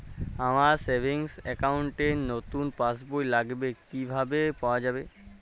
আমার savings account র নতুন পাসবই লাগবে, কিভাবে পাওয়া যাবে?